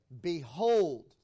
Behold